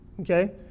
okay